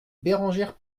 bérengère